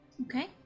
Okay